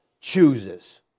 chooses